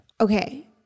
Okay